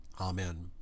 Amen